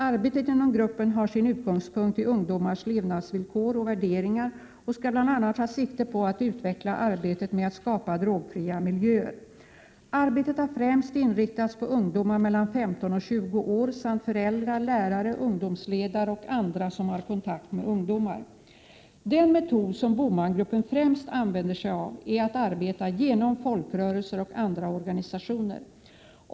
Arbetet inom gruppen har sin utgångspunkt i ungdomars levnadsvillkor och värderingar och skall bl.a. ta sikte på att utveckla arbetet med att skapa drogfria miljöer. Arbetet har främst inriktats på ungdomar mellan 15 och 20 år samt föräldrar, lärare, ungdomsledare och andra som har kontakt med ungdomar. Den metod som BOMAN-gruppen främst använder sig av är att arbeta genom folkrörelser och andra organisationer.